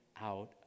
out